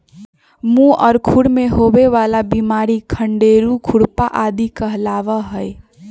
मुह और खुर में होवे वाला बिमारी खंडेरू, खुरपा आदि कहलावा हई